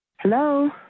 Hello